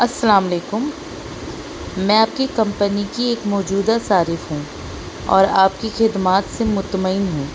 السلام علیکم میں آپ کی کمپنی کی ایک موجودہ صارف ہوں اور آپ کی خدمات سے مطمئن ہوں